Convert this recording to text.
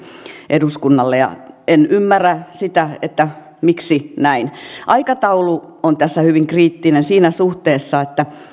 eduskunnalle en ymmärrä sitä että miksi näin aikataulu on tässä hyvin kriittinen siinä suhteessa että